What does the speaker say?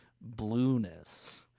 blueness